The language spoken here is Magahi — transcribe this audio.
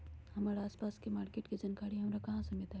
हमर आसपास के मार्किट के जानकारी हमरा कहाँ से मिताई?